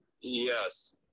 Yes